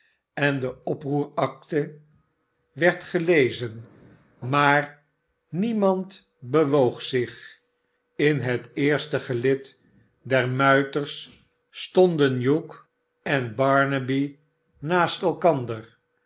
en de oproeracte werd gelezen maar niemand bewobg zich in het eerste gelid der muiters stonden hugh en barnaby naast elkander